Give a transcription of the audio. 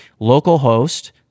localhost